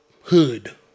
hood